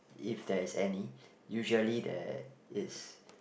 if there's any usually there is